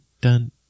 dun